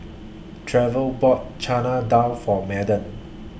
Trevor bought Chana Dal For Madden